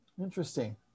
Interesting